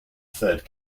third